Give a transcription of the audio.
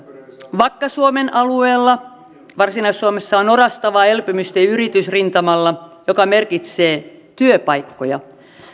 vakka suomen alueella varsinais suomessa on orastavaa elpymistä yritysrintamalla mikä merkitsee työpaikkoja